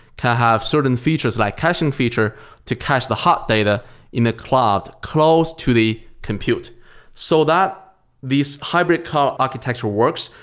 can have certain features like caching feature to cache the hot data in a cloud close to the compute so that these hybrid architecture works,